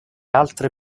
altre